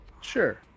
Sure